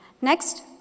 Next